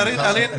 קארין,